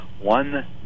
one